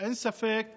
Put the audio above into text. אין ספק